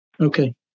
Okay